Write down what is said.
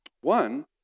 One